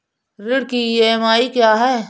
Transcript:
ऋण की ई.एम.आई क्या है?